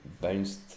bounced